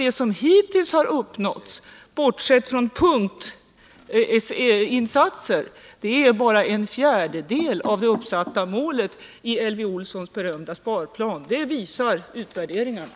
Det som hittills har uppnåtts, bortsett från punktinsatser, är bara en fjärdedel av det mål som uppsatts i Elvy Olssons berömda sparplan — det framgår av utvärderingarna.